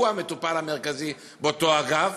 שהוא המטופל המרכזי באותו אגף,